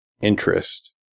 interest